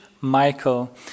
Michael